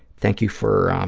thank you for